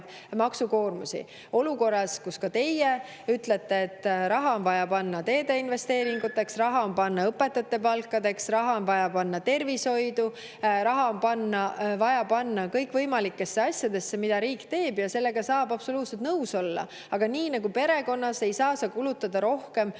maksukoormusi. Olukorras, kus ka teie ütlete, et raha on vaja panna teedeinvesteeringuteks, raha on vaja panna õpetajate palkadeks, raha on vaja panna tervishoidu. Raha on vaja panna kõikvõimalikesse asjadesse, mida riik teeb, ja sellega saab absoluutselt nõus olla. Aga nii nagu perekonnas ei saa kulutada rohkem,